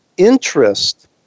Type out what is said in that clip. interest